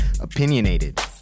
opinionated